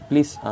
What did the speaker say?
Please